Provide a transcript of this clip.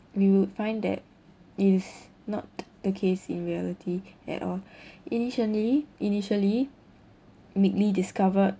we would find that it is not the case in reality at all initially initially midley discovered